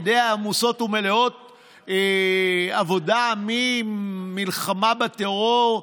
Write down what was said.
ידיה עמוסות ומלאות עבודה: מלחמה בטרור,